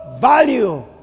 value